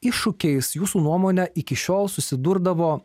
iššūkiais jūsų nuomone iki šiol susidurdavo